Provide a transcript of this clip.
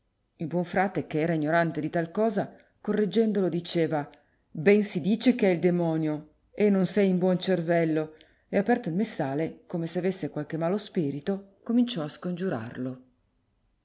il buon frate che era ignorante di tal cosa correggendolo diceva ben si dice che hai il demonio e non sei in buon cervello e aperto il messale come se avesse qualche malo spirito cominciò a scongiurarlo